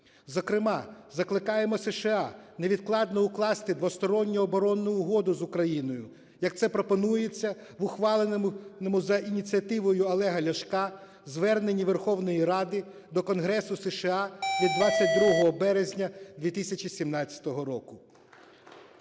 зокрема закликаємо США невідкладно укласти двосторонню оборонну угоду з Україною, як це пропонується в ухваленому за ініціативою Олега Ляшка зверненні Верховної Ради до Конгресу США від 22 березня 2017 року.